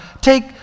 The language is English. take